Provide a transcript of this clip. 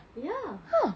ya